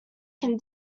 can